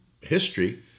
history